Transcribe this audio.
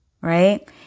right